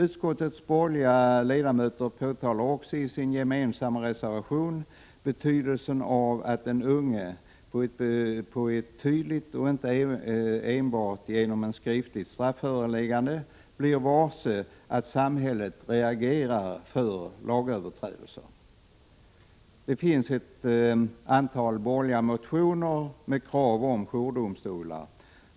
Utskottets borgerliga ledamöter betonar också i sin gemensamma reservation betydelsen av att den unge på ett tydligt sätt och inte enbart med ett skriftligt strafföreläggande blir varse att samhället reagerar för lagöverträ — Prot. 1986/87:130 delser. 25 maj 1987 Det finns ett antal borgerliga motioner med krav om jourdomstolar.